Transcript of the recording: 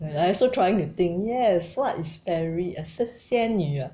I also trying to think yes what is fairy uh 是仙女 ah